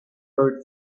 buried